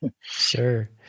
Sure